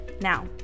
Now